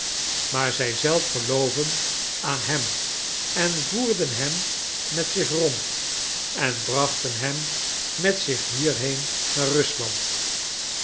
maar zij zelf gelooven aan hem en voerden hem met zich rond en brachten hem met zich hierheen naar rusland